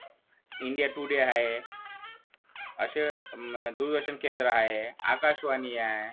India Today आहे अशा दूरदर्शन केंद्र आहे आकाशवाणी आहे